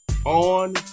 On